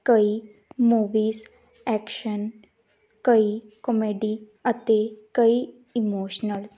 ਕਈ movies action ਕਈ comedy ਅਤੇ ਕਈ ਇਮੋਸ਼ਨਲ